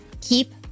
keep